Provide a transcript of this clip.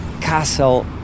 Castle